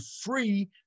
free